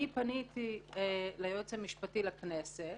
אני פניתי ליועץ המשפטי לכנסת